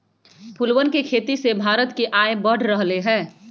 फूलवन के खेती से भारत के आय बढ़ रहले है